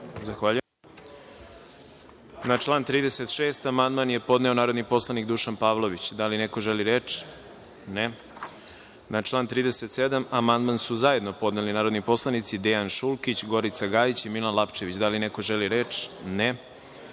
Zahvaljujem. Na član 36. amandman je podneo narodni poslanik Dušan Pavlović. Da li neko želi reč? (Ne.)Na član 37. amandman su zajedno podneli narodni poslanici Dejan Šulkić, Gorica Gajić i Milan Lapčević. Da li neko želi reč?